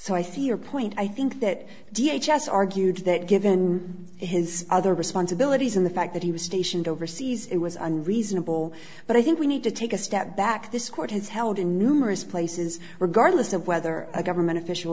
so i see your point i think that d h has argued that given his other responsibilities and the fact that he was stationed overseas it was unreasonable but i think we need to take a step back this court has held in numerous places regardless of whether a government official